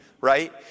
right